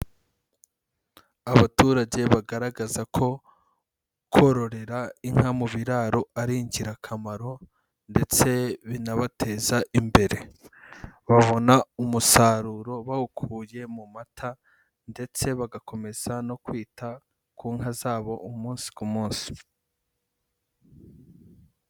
Abaturage bagaragaza ko kororera inka mu biraro ari ingirakamaro ndetse binabateza imbere. Babona umusaruro bawukuye mu mata ndetse bagakomeza no kwita ku nka zabo umunsi ku munsi.